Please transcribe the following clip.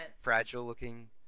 fragile-looking